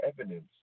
evidence